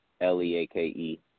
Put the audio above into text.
L-E-A-K-E